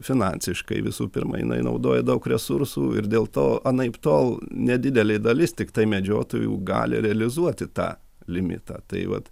finansiškai visų pirma jinai naudoja daug resursų ir dėl to anaiptol nedidelė dalis tiktai medžiotojų gali realizuoti tą limitą tai vat